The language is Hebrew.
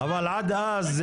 אבל עד אז,